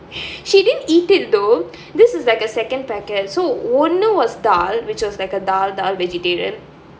she didn't eat it though this is like a second packet so ஒன்னு:onnu was dhal which was like a dhal dhal vegetarian